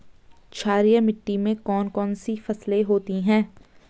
क्षारीय मिट्टी में कौन कौन सी फसलें होती हैं?